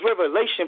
revelation